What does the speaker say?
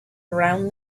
around